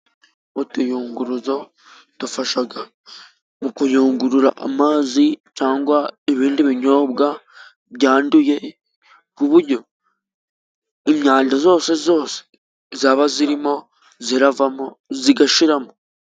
Utuyunguruzo dufasha mu kuyungurura amazi cyangwa ibindi binyobwa byanduye, ku buryo imyanda yose yose yaba irimo iravamo igashiramo.